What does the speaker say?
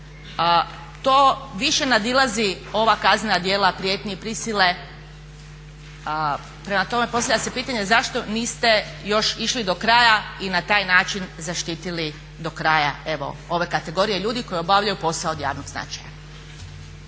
To više nadilazi ova kaznena djela prijetnji i prisile. Prema tome, postavlja se pitanje zašto niste još išli do kraja i na taj način zaštitili do kraja evo ove kategorije ljudi koji obavljaju posao od javnog značaja.